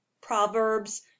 proverbs